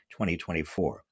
2024